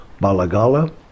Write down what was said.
Balagala